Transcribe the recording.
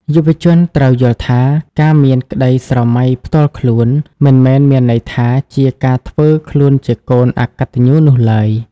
យុវជនត្រូវយល់ថា ការមានក្តីស្រមៃផ្ទាល់ខ្លួន មិនមែនមានន័យថាជាការធ្វើខ្លួនជាកូន "អកតញ្ញូ" នោះឡើយ។